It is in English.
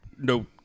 no